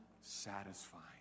satisfying